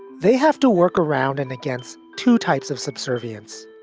they have to work around and against two types of subservience,